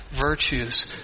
virtues